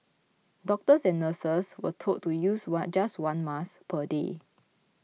doctors and nurses were told to use one just one mask per day